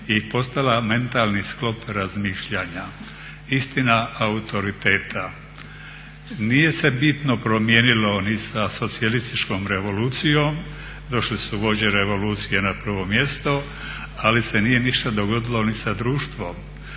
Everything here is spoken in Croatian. i postala mentalni sklop razmišljanja istina autoriteta. Nije se bitno promijenilo ni sa socijalističkom revolucijom, došle su vođe revolucije na prvo mjesto ali se ništa nije dogodilo ni sa društvom.